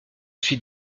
suis